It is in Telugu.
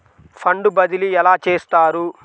ఫండ్ బదిలీ ఎలా చేస్తారు?